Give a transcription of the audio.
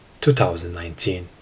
2019